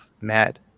mad